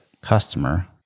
customer